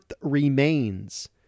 remains